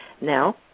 now